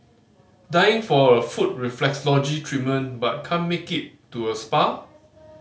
dying for a foot reflexology treatment but can't make it to a spa